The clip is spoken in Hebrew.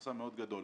הכנסה מאוד גדול.